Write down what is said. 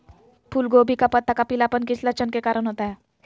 फूलगोभी का पत्ता का पीलापन किस लक्षण के कारण होता है?